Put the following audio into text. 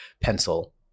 pencil